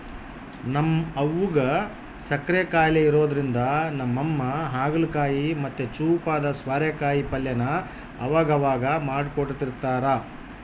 ನಮ್ ಅವ್ವುಗ್ ಸಕ್ಕರೆ ಖಾಯಿಲೆ ಇರೋದ್ರಿಂದ ನಮ್ಮಮ್ಮ ಹಾಗಲಕಾಯಿ ಮತ್ತೆ ಚೂಪಾದ ಸ್ವಾರೆಕಾಯಿ ಪಲ್ಯನ ಅವಗವಾಗ ಮಾಡ್ಕೊಡ್ತಿರ್ತಾರ